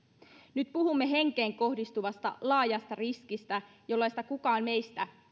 nyt puhumme henkeen kohdistuvasta laajasta riskistä jollaista kukaan meistä